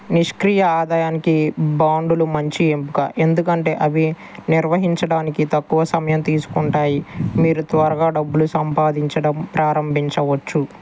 నిష్క్రియ ఆదాయానికి బాండ్లు మంచి ఎంపిక ఎందుకంటే అవి నిర్వహించడానికి తక్కువ సమయం తీసుకుంటాయి మీరు త్వరగా డబ్బులు సంపాదించడం ప్రారంభించవచ్చు